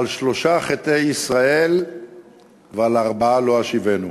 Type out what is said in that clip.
על שלושה חטאי ישראל ועל ארבעה לא אשיבנו.